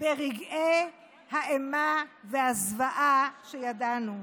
ברגעי האימה והזוועה שידענו.